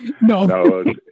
No